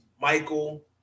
Michael